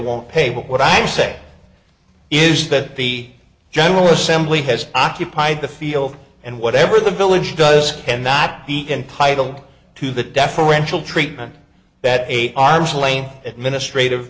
won't pay but what i say is that the general assembly has occupied the field and whatever the village does cannot be entitle to the deferential treatment that eight arms lane administrative